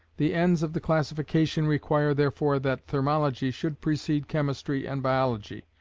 the ends of the classification require therefore that thermology should precede chemistry and biology,